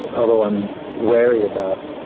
although, i'm wary about